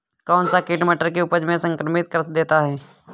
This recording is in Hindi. कौन सा कीट मटर की उपज को संक्रमित कर देता है?